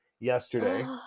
Yesterday